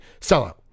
sellout